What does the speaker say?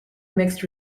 mixed